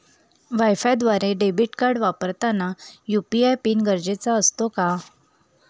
वायफायद्वारे debit card वापरताना UPI PIN गरजेचा असतो का?